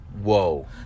whoa